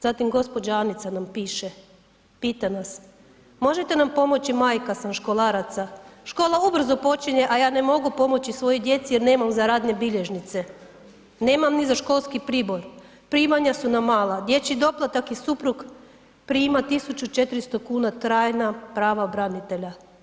Zatim gđa. Anica nam piše, pita nas, možete nam pomoći, majka sam školaraca, škola ubrzo počinje, a ja ne mogu pomoći svojoj djeci jer nemam za radne bilježnice, nemam ni za školski pribor, primanja su nam mala, dječji doplatak i suprug prima 1.400,00 kn trajna prava branitelja.